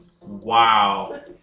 Wow